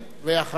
ואחריו,